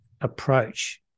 approach